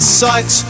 sight